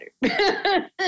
better